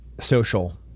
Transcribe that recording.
Social